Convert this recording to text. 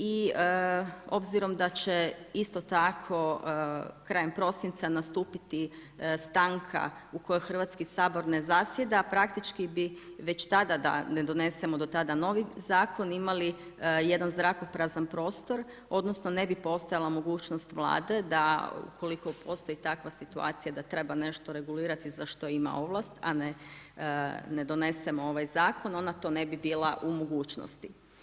I obzirom da će isto tako krajem prosinca nastupiti stanka u kojem Hrvatski sabor ne zasjeda, praktički bi da već tada da ne donesemo do tada novi zakon, imali jedan zrakoprazan prostor, odnosno, ne bi postojala mogućnost vlade da ukoliko postoji takva situacija, da treba nešto regulirati, za što ima ovlast a ne donesemo ovaj zakon, ona to ne bi bila u mogućnosti.